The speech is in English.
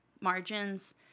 margins